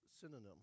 synonym